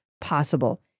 possible